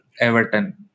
Everton